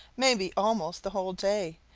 maybe almost the whole day,